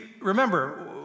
remember